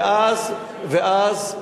ואז,